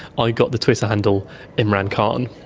i got the twitter handle imran khan,